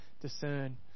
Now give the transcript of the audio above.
discern